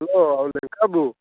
hello Lenka ବାବୁ